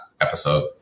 episode